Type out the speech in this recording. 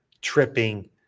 tripping